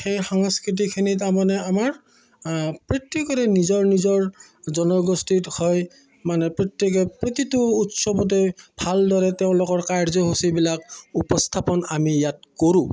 সেই সাংস্কৃতিখিনি তাৰমানে আমাৰ প্ৰত্যেকৰে নিজৰ নিজৰ জনগোষ্ঠীত হয় মানে প্ৰত্যেকে প্ৰতিটো উৎসৱতে ভালদৰে তেওঁলোকৰ কাৰ্যসূচীবিলাক উপস্থাপন আমি ইয়াত কৰোঁ